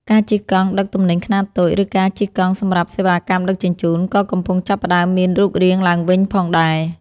ការជិះកង់ដឹកទំនិញខ្នាតតូច ឬការជិះកង់សម្រាប់សេវាកម្មដឹកជញ្ជូន ក៏កំពុងចាប់ផ្ដើមមានរូបរាងឡើងវិញផងដែរ។